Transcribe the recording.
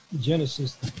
Genesis